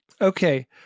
Okay